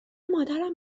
مادرم